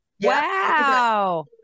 wow